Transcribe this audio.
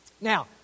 Now